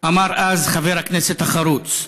אמר אז חבר הכנסת החרוץ.